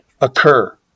occur